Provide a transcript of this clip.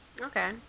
Okay